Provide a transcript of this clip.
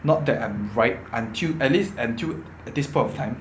not that I'm right until at least until this point of time